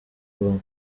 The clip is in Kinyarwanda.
bwonko